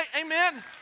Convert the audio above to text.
Amen